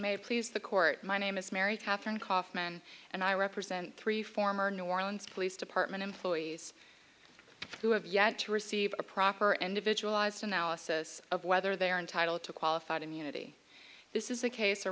may please the court my name is mary catherine kaufman and i represent three former new orleans police department employees who have yet to receive a proper and a visual ised analysis of whether they are entitled to qualified immunity this is a case